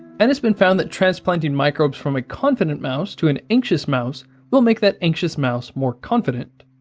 and it's been found that transplanting microbes from a confident mouse to an anxious mouse will make that anxious mouse more confident.